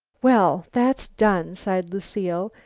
well, that's done, sighed lucile,